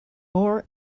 more